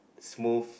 smooth